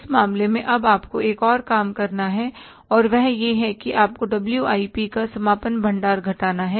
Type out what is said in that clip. इस मामले में अब आपको एक और काम करना है और वह यह है कि आपको WIP का समापन भंडार घटाना है